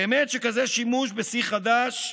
באמת שכזה שימוש בשיחדש,